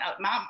mom